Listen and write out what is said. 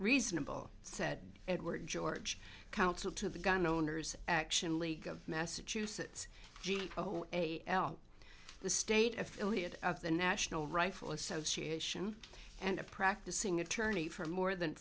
reasonable said edward george counsel to the gun owners action league of massachusetts a l the state affiliate of the national rifle association and a practicing attorney for more than